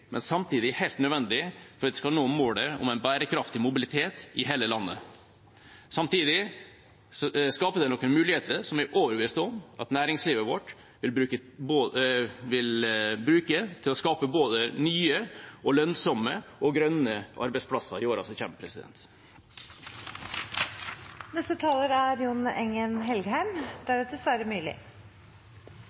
men samtidig helt nødvendig for at vi skal nå målet om en bærekraftig mobilitet i hele landet. Samtidig skaper det noen muligheter som jeg er overbevist om at næringslivet vårt vil bruke til å skape både nye, lønnsomme og grønne arbeidsplasser i årene som